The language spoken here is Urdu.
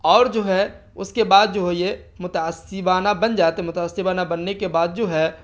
اور جو ہے اس کے بعد جو یہ متعصبانہ بن جاتے متعصبانہ بننے کے بعد جو ہے